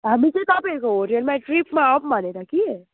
हजुर हामी चाहिँ तपाईँहरूको होटलमा ट्रिपमा आउँ भनेर कि